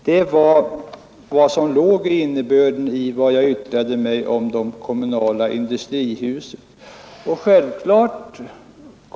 Det var innebörden av vad jag yttrade om de kommunala industrihusen.